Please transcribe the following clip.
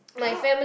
!huh!